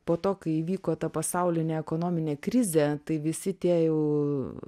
po to kai įvyko ta pasaulinė ekonominė krizė tai visi tie jau